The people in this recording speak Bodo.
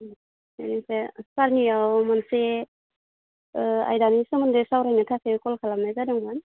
बेनिफ्राय सारनियाव मोनसे आयदानि सोमोन्दै सावरायनो थाखाय कल खालामनाय जादोंमोन